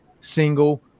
single